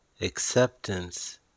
Acceptance